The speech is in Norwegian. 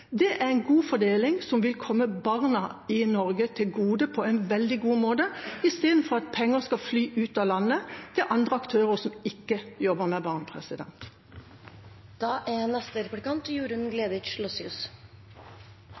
Det er en god fordeling, som vil komme barna i Norge til gode på en veldig god måte, istedenfor at penger skal fly ut av landet til andre aktører som ikke jobber med barn. Det er